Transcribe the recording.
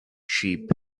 sheep